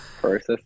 Process